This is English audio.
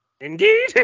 Indeed